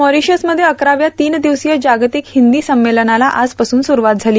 मॉरीशसमध्ये अकराव्या तीन दिवसीय जागतिक हिंदी संमेलनाला आजपासून स्ररूवात झाली